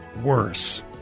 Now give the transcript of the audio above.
worse